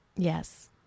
Yes